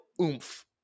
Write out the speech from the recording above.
oomph